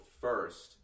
first